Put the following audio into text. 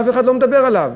ואף אחד לא מדבר עליו.